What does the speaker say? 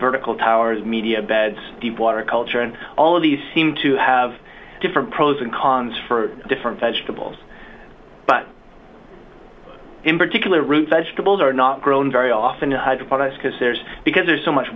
vertical towers media beds deep water culture and all of these seem to have different pros and cons for different vegetables but in particular root vegetables are not grown very often in hydroponics because there's because there's so much